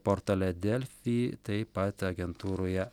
portale delfi taip pat agentūroje